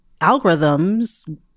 algorithms